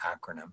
acronym